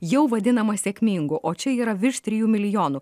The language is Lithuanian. jau vadinamas sėkmingu o čia yra virš trijų milijonų